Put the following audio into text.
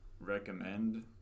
recommend